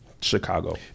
Chicago